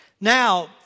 Now